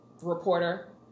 reporter